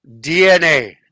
DNA